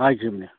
ꯍꯥꯏꯒꯤꯕꯅꯦ